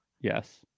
yes